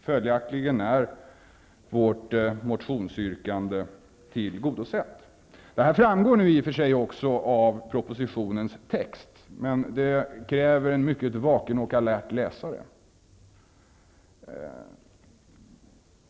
Följaktligen är vårt motionsyrkande tillgodosett. Det här framgår i och för sig också av propositionens text, men det kräver en mycket vaken och alert läsare.